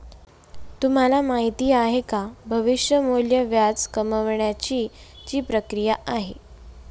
तुम्हाला माहिती आहे का? भविष्य मूल्य व्याज कमावण्याची ची प्रक्रिया आहे